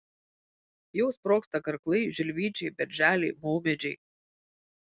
jau sprogsta karklai žilvičiai berželiai maumedžiai